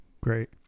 great